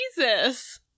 Jesus